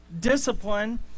Discipline